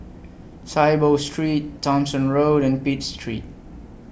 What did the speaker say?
Saiboo Street Thomson Road and Pitt Street